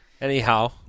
Anyhow